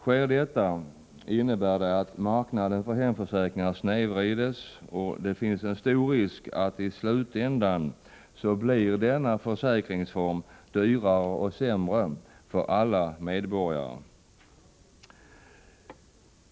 Sker detta, innebär det att marknaden för hemförsäkringar snedvrids. Det finns en stor risk för att denna försäkringsform i slutändan blir dyrare och sämre för alla medborgare.